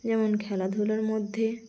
যেমন খেলাধুলার মধ্যে